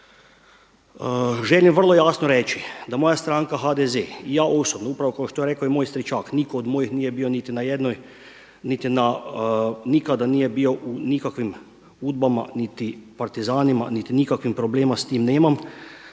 Želim vrlo jasno reći da moja stranka HDZ i ja osobno upravo kao što je rekao i moj Stričak niko od mojih nije bio niti na jednoj nikada nije bio u nikakvim udbama, niti partizanima, niti nikakvim problema s tim nemam,